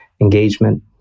engagement